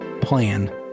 plan